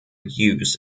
use